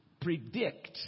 predict